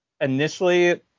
initially